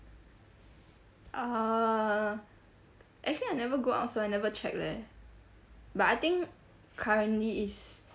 uh actually I never go out so I never check leh but I think currently it's